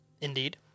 Indeed